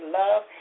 love